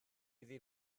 iddi